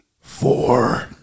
Four